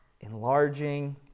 enlarging